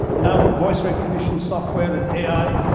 now with voice recognition software and ai,